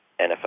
NFL